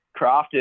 Crafted